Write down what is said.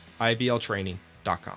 ibltraining.com